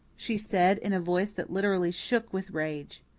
she said, in a voice that literally shook with rage.